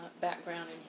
background